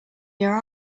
your